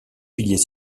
piliers